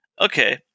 Okay